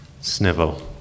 Snivel